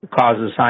causes